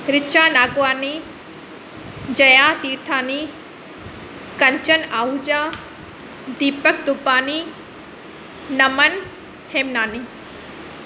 Richa Nagwani Jaya Teerthani Kanchan Ahuja Deepak Dupani Naman Hemnani